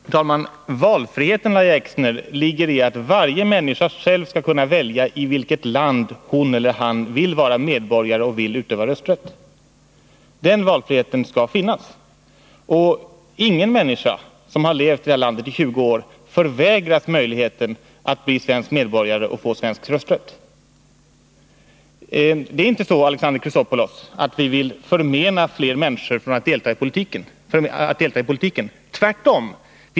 Herr talman! Valfriheten, Lahja Exner, ligger i att varje människa själv skall kunna välja i vilket land hon eller han vill vara medborgare och vill utöva rösträtt. Den valfriheten skall finnas. Ingen människa som har levt i det här landet i 20 år förvägras möjligheten att bli svensk medborgare och få svensk rösträtt. Det är inte så, Alexander Chrisopoulos, att vi vill förmena människor att delta i politiken. Tvärtom!